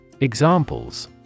Examples